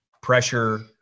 pressure